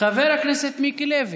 חבר הכנסת מיקי לוי.